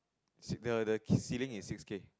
the the ceiling is six K